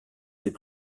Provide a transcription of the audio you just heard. ces